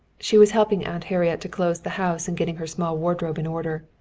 she was helping aunt harriet to close the house and getting her small wardrobe in order.